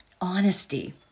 Honesty